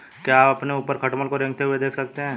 क्या आप अपने ऊपर खटमल को रेंगते हुए देख सकते हैं?